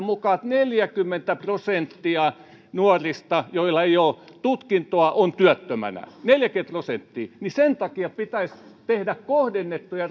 mukaan että neljäkymmentä prosenttia nuorista joilla ei ole tutkintoa on työttömänä neljäkymmentä prosenttia kyllä sen takia pitäisi tehdä kohdennettuja